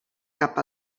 cap